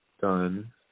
done